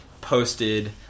posted